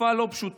תקופה לא פשוטה,